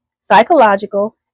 psychological